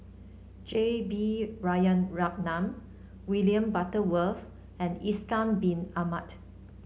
J B Jeyaretnam William Butterworth and Ishak Bin Ahmad